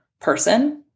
person